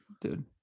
dude